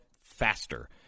faster